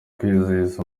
kwizihiza